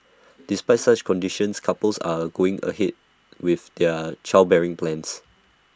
despite such conditions couples are A going ahead with their childbearing plans